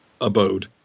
abode